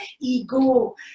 ego